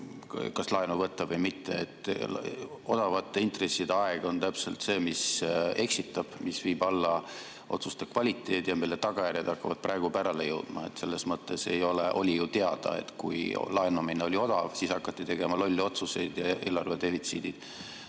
laenu või mitte. Odavate intresside aeg on täpselt see, mis eksitab, mis viib alla otsuste kvaliteedi ja mille tagajärjed hakkavad praegu pärale jõudma. Selles mõttes oli ju teada, et kui laenamine oli odav, siis hakati tegema lolle otsuseid ja Eesti eelarvedefitsiit